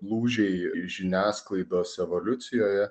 lūžiai žiniasklaidos evoliucijoje